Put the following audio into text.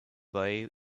boy